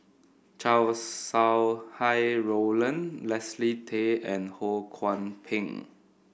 Chow Sau Hai Roland Leslie Tay and Ho Kwon Ping